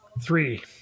three